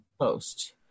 post